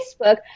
Facebook